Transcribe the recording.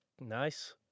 Nice